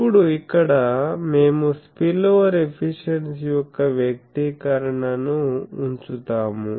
ఇప్పుడు ఇక్కడ మేము స్పిల్ఓవర్ ఎఫిషియెన్సీ యొక్క వ్యక్తీకరణను ఉంచుతాము